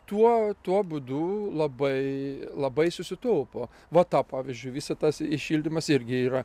tuo tuo būdu labai labai susitaupo vata pavyzdžiui visa tas ir šildymas irgi yra